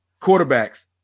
quarterbacks